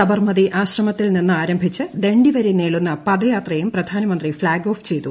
സബർമതി ആശ്രമത്തിൽ നിന്നാ രംഭിച്ച് ദണ്ഡി വരെ നീളുന്ന പദയാത്രയും പ്രധാനമന്ത്രി ഫ്ളാഗ് ഓഫ് ചെയ്തു